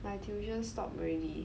my tuition stopped already